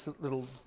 little